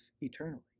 eternally